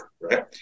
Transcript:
right